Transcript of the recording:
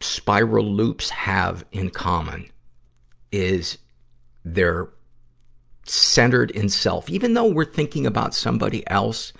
spiral loops have in common is they're centered in self. even though we're thinking about somebody else,